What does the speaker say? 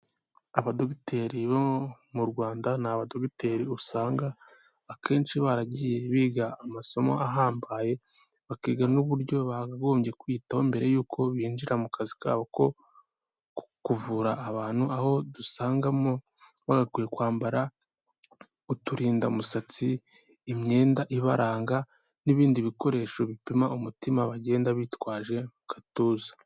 Abadogiteri bo mu Rwanda ni abadogiteri usanga akenshi baragiye biga amasomo ahambaye bakiga n'uburyo bagombye kwiyitaho mbere y'uko binjira mu kazi ka bo ko kuvura abantu, aho dusangamo bagakwiye kwambara uturindamusatsi, imyenda ibaranga n'ibindi bikoresho bituma umutima bagenda bitwaje gatuza.